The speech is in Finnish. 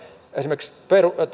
esimerkiksi tämä